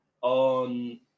on